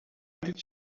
did